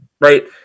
right